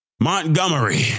Montgomery